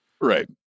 Right